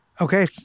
Okay